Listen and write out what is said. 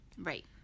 Right